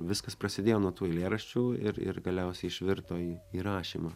viskas prasidėjo nuo tų eilėraščių ir ir galiausiai išvirto į į rašymą